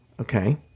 Okay